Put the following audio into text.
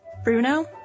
Bruno